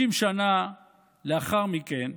50 שנה לאחר מכן,